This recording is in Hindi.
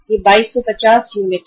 यह 2250 यूनिट है